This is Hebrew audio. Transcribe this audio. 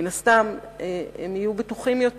מן הסתם הם יהיו בטוחים יותר.